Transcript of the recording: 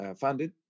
funded